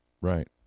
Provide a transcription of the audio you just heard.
right